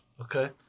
Okay